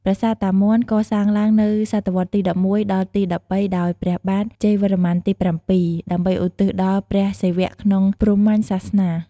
ប្រាសាទតាមាន់កសាងឡើងនៅ សតវត្សទី១១ ដល់ទី១៣ ដោយព្រះបាទជ័យវរ្ម័នទី ៧ ដើម្បីឧទ្ទិសដល់ព្រះសិវៈក្នុងព្រាហ្មញ្ញសាសនា។